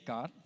God